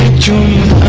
june